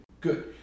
good